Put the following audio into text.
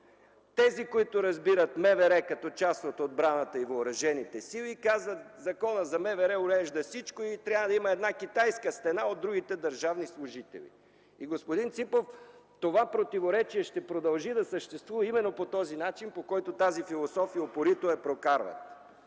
Тези, които разбират МВР като част от отбраната и въоръжените сили, казват: „Законът за МВР урежда всичко и трябва да има една Китайска стена от другите държавни служители.” Господин Ципов, това противоречие ще продължи да съществува именно по този начин, по който тази философия упорито го прокарва.